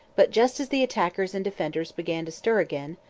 but, just as the attackers and defenders began to stir again,